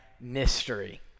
mystery